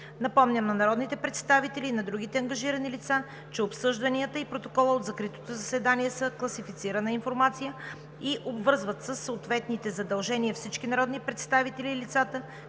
Напомням на народните представители и на другите ангажирани лица, че обсъжданията и протоколът от закритото заседание са класифицирана информация и обвързват със съответните задължения всички народни представители и лицата,